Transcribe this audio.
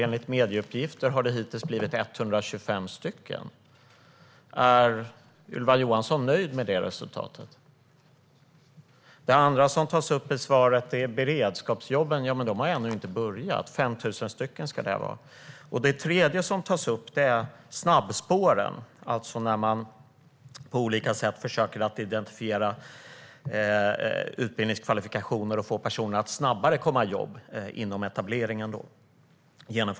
Enligt medieuppgifter har det har det hittills blivit 125. Är Ylva Johansson nöjd med det resultatet? Det andra som tas upp i svaret är beredskapsjobben. De har ännu inte börjat. De ska bli 5 000. Det tredje som tas upp är snabbspåren inom etableringen, alltså att man på olika sätt försöker identifiera utbildningskvalifikationer och få personer i jobb snabbare.